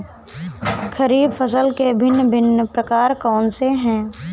खरीब फसल के भिन भिन प्रकार कौन से हैं?